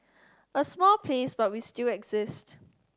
a small place but we still exist